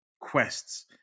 quests